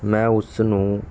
ਮੈਂ ਉਸਨੂੰ